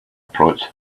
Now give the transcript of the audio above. approach